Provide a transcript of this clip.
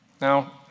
Now